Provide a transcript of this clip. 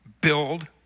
build